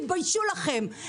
תתביישו לכם,